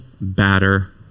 batter